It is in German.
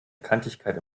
kantigkeit